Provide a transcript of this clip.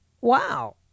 wow